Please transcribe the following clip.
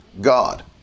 God